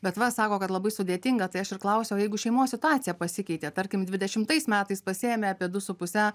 bet va sako kad labai sudėtinga tai aš ir klausiu o jeigu šeimos situacija pasikeitė tarkim dvidešimtais metais pasiėmė apie du su puse